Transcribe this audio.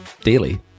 daily